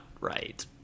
right